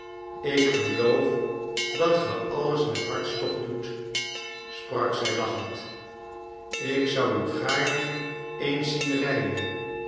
ik geloof dat ge alles met hartstocht doet sprak zij lachend ik zou u gaarne eens zien rijden